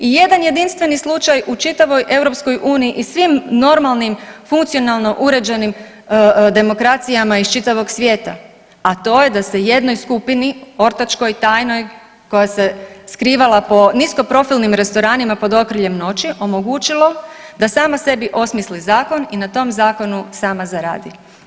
I jedan jedinstveni slučaj u čitavoj EU i svim normalnim funkcionalno uređenim demokracijama iz čitavog svijeta, a to je da se jednoj skupini ortačkoj tajnoj, koja se skrivala po niskoprofilnim restoranima pod okriljem noći omogućilo da sama sebi osmisli zakon i na tom zakonu sama zaradi.